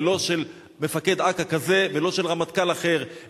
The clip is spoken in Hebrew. ולא של מפקד אכ"א כזה ולא של רמטכ"ל אחר,